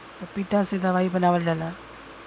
पपीता से दवाई बनावल जाला